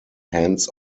hands